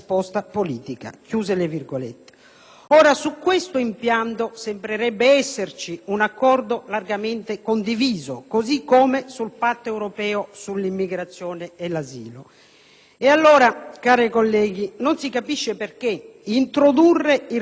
Su questo impianto, sembrerebbe esserci un accordo largamente condiviso, così come sul Patto europeo sull'immigrazione e l'asilo. Allora, cari colleghi, non si capisce perché introdurre il reato di immigrazione clandestina,